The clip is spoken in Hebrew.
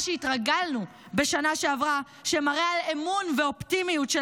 מה שהתרגלנו בשנה שעברה שמראה על אמון ואופטימיות של